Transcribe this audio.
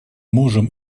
можем